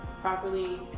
properly